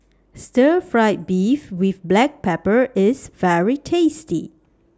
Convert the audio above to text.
Stir Fried Beef with Black Pepper IS very tasty